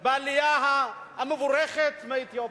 על העלייה המבורכת מאתיופיה.